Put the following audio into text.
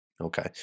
okay